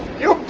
yo